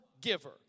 giver